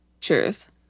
cheers